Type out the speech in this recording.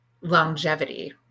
longevity